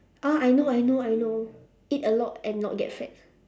ah I know I know I know eat a lot and not get fat